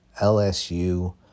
LSU